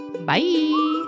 Bye